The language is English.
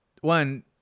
one